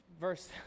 verse